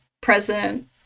present